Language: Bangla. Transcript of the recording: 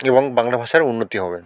এবং বাংলা ভাষার উন্নতি হবে